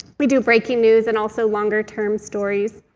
we do breaking news and also longer term stories.